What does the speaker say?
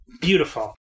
Beautiful